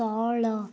ତଳ